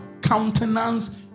countenance